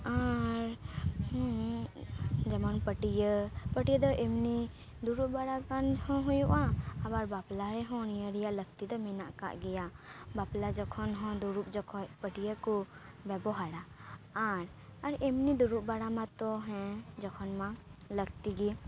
ᱟᱨ ᱡᱮᱢᱚᱱ ᱯᱟᱹᱴᱭᱟᱹ ᱯᱟᱹᱴᱭᱟᱹ ᱫᱚ ᱮᱢᱱᱤ ᱫᱩᱲᱩᱵ ᱵᱟᱲᱟ ᱜᱟᱱ ᱦᱚᱸ ᱦᱩᱭᱩᱜᱼᱟ ᱟᱵᱟᱨ ᱵᱟᱯᱞᱟ ᱨᱮᱦᱚᱸ ᱱᱤᱭᱟᱹ ᱨᱮᱭᱟᱜ ᱞᱟᱹᱠᱛᱤ ᱫᱚ ᱢᱮᱱᱟᱜ ᱟᱠᱟᱜ ᱜᱮᱭᱟ ᱵᱟᱯᱞᱟ ᱡᱚᱠᱷᱚᱱ ᱦᱚᱸ ᱫᱩᱲᱩᱵ ᱡᱚᱠᱷᱚᱡ ᱯᱟᱹᱴᱭᱟᱹ ᱠᱚ ᱵᱮᱵᱚᱦᱟᱨᱟ ᱟᱨ ᱮᱢᱱᱤ ᱫᱩᱲᱩᱵ ᱵᱟᱲᱟ ᱢᱟᱛᱚ ᱦᱮᱸ ᱡᱚᱠᱷᱚᱱ ᱢᱟ ᱞᱟᱹᱠᱛᱤ ᱜᱮ